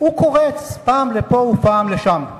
הוא קורץ פעם לפה, פעם לשם.